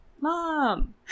Mom